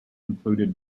included